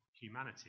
humanity